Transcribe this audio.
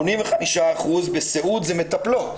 85% מעובדי הסיעוד הן מטפלות.